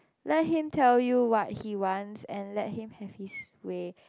let him tell you what he wants and let him have his way